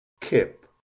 Kip